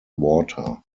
water